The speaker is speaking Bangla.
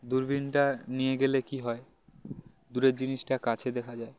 দূরবীনটা নিয়ে গেলে কী হয় দূরের জিনিসটা কাছে দেখা যায়